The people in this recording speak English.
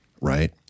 Right